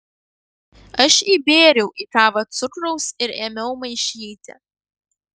aš įbėriau į kavą cukraus ir ėmiau maišyti